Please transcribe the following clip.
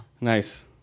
Nice